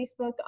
Facebook